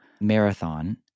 marathon